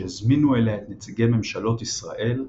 שהזמינו אליה את נציגי ממשלות ישראל,